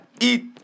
eat